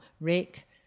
Rick –